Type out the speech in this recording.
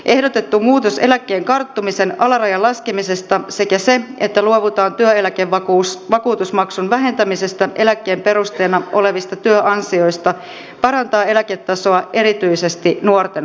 ehdotettu muutos eläkkeen karttumisen alarajan laskemisesta sekä se että luovutaan työeläkevakuutusmaksun vähentämisestä eläkkeen perusteena olevista työansioista parantaa eläketasoa erityisesti nuorten osalta